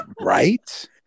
Right